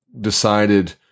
decided –